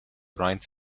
bright